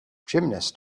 gymnast